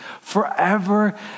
forever